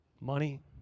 money